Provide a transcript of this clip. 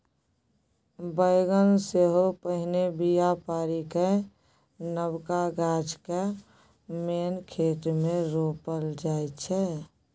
बेगन सेहो पहिने बीया पारि कए नबका गाछ केँ मेन खेत मे रोपल जाइ छै